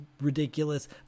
ridiculous